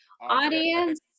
Audience